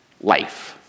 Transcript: life